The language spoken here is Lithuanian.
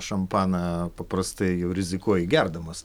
šampaną paprastai jau rizikuoji gerdamas